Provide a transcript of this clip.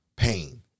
pain